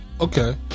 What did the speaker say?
Okay